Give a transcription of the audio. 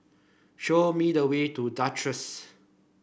show me the way to Duchess